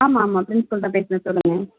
ஆமாம் ஆமாம் ப்ரின்ஸிபால் தான் பேசுகிறேன் சொல்லுங்கள்